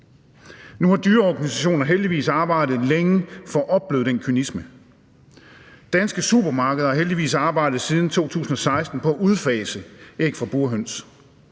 Nu har dyreorganisationer heldigvis arbejdet længe for at opbløde den kynisme. Danske supermarkeder har heldigvis arbejdet siden 2016 på at udfase æg fra burhøns.